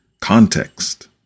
context